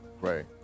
right